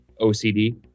OCD